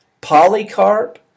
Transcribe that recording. Polycarp